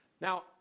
Now